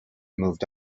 moved